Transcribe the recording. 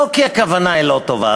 לא כי הכוונה לא טובה,